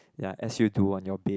ya as you do on your bed